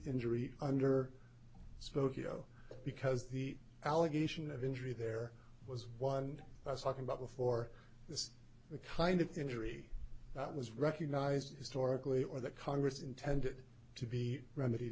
injury under spokeo because the allegation of injury there was one i was talking about before this the kind of injury that was recognized historically or that congress intended to be remedied